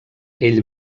ell